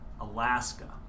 Alaska